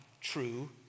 true